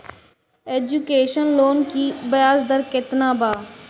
Education loan की ब्याज दर केतना बा?